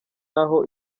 aho